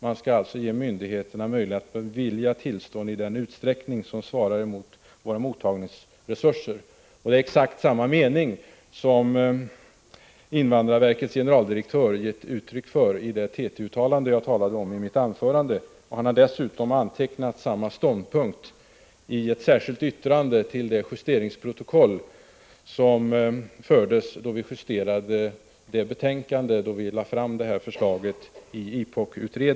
Man skall alltså ge myndigheterna möjlighet att bevilja tillstånd i den utsträckning som svarar mot våra mottagningsresurser. Det är exakt samma åsikt som invandrarverkets generaldirektör gett uttryck för i det TT-uttalande som jag talade om i mitt anförande. Han lät dessutom anteckna samma ståndpunkt i ett särskilt yttrande till det protokoll som fördes då vi i IPOK-utredningen justerade vårt betänkande.